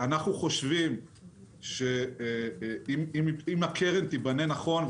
אנחנו חושבים שאם הקרן תיבנה נכון,